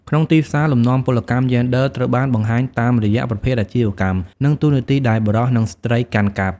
ក្នុងទីផ្សារ លំនាំពលកម្មយេនឌ័រត្រូវបានបង្ហាញតាមរយៈប្រភេទអាជីវកម្ម និងតួនាទីដែលបុរស និងស្ត្រីកាន់កាប់។